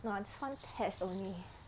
no I just want test only